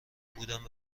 بودند